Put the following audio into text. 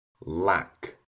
lack